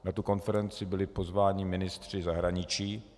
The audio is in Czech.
Na konferenci byli pozváni ministři zahraničí.